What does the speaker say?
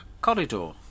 Corridor